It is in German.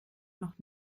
noch